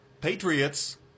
Patriots